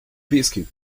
biscuit